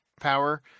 power